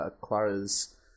Clara's